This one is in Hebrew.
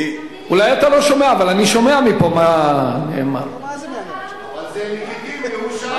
כן, המדיניות שלו, אבל זה לגיטימי, הוא שאל אותה.